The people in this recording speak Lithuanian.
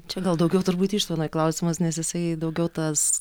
čia gal daugiau turbūt ištvanui klausimas nes jisai daugiau tas